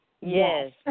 yes